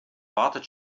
wartet